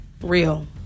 real